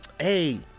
hey